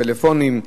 פלאפונים,